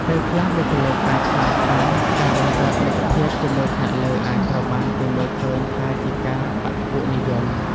ពេលខ្លះ បុគ្គលិកអាចខ្លាចថាការបង្កើតមិត្តភាពជាមួយថ្នាក់លើអាចត្រូវបានគេមើលឃើញថាជាការបក្សពួកនិយម។